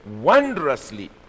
wondrously